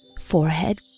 forehead